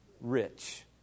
Rich